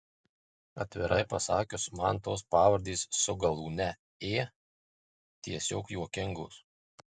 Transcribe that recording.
atvirai pasakius man tos pavardės su galūne ė tiesiog juokingos